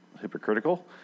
hypocritical